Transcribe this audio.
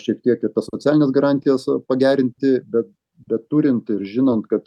šiek tiek ir tas socialines garantijas pagerinti bet bet turint ir žinant kad